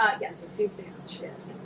Yes